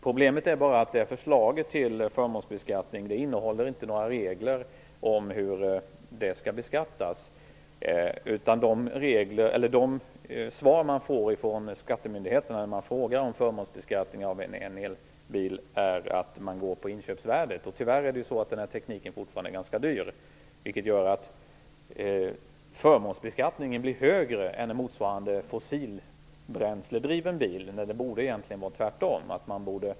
Problemet är bara att förslaget till förmånsbeskattning inte innehåller några regler för hur dessa skall beskattas. När man frågar skattemyndigheterna om förmånsbeskattning av elbilar får man svaret att de går på inköpsvärdet. Tyvärr är tekniken fortfarande ganska dyr, vilket gör att förmånsbeskattningen blir högre än hos en motsvarande fossilbränsledriven bil, fast det egentligen borde vara tvärtom.